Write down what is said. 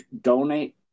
donate